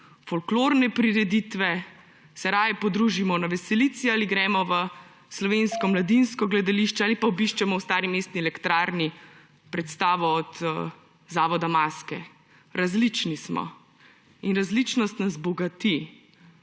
folklorne prireditve, se raje podružimo na veselici ali gremo v Slovensko mladinsko gledališče ali pa obiščemo v Stari mestni elektrarni predstavo od zavoda Maska. Različni smo in različnost nas bogati.